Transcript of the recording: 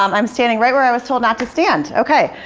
um i'm standing right where i was told not to stand, ok.